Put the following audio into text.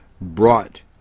brought